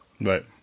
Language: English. Right